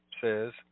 says